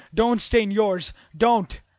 don't stain yours don't